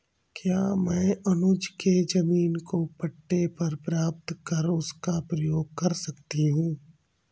क्या मैं अनुज के जमीन को पट्टे पर प्राप्त कर उसका प्रयोग कर सकती हूं?